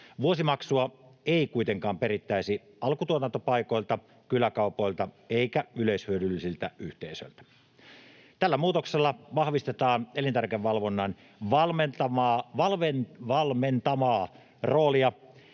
Vuosimaksua ei kuitenkaan perittäisi alkutuotantopaikoilta, kyläkaupoilta eikä yleishyödyllisiltä yhteisöiltä. Tällä muutoksella vahvistetaan elintarvikevalvonnan valmentavaa roolia